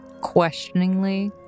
questioningly